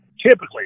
typically